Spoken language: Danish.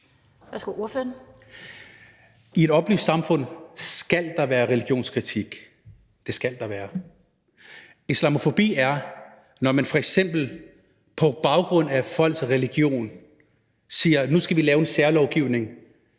I et oplyst samfund skal der være religionskritik – det skal der være. Islamofobi er, når man f.eks. på baggrund af folks religion siger, at nu skal vi lave en særlovgivning,